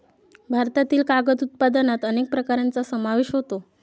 भारतातील कागद उत्पादनात अनेक प्रकारांचा समावेश होतो